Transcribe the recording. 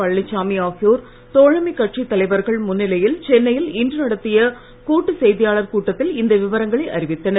பழனிச்சாமி ஆகியோர் தோழமைக்கட்சி தலைவர்கள் முன்னிலையில் சென்னையில் இன்று நடத்திய கூட்டு செய்தியாளர் கூட்டத்தில் இந்த விவரங்களை அறிவித்தனர்